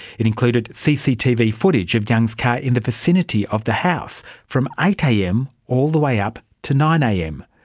it included cctv footage of young's car in the vicinity of the house from eight am all the way up to nine am.